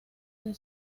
con